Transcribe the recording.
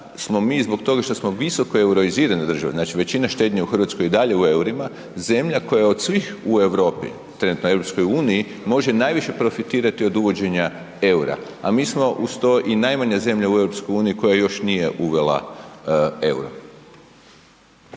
smo mi zbog toga što smo visokoeuroizirana država znači većina štednje u Hrvatskoj je i dalje u eurima, zemlja koja je od svih u Europi, trenutno u EU može najviše profitirati od uvođenja eura, a mi smo uz to i najmanja zemlja u EU koja još nije uvela euro.